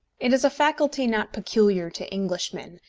it is a faculty not peculiar to englishmen,